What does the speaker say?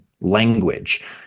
language